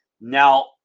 now